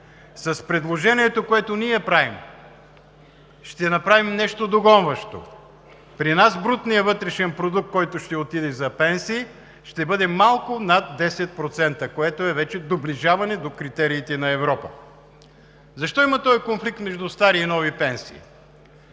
С предложението, което внасяме ние, ще направим нещо догонващо. При нас брутният вътрешен продукт, който ще отиде за пенсии, ще бъде малко над 10%, което е вече доближаване до критериите на Европа. Защо има този конфликт между стари и нови пенсии?